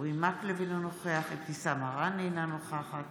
אורי מקלב, אינו נוכח אבתיסאם מראענה, אינה נוכחת